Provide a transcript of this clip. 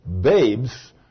babes